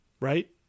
Right